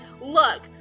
look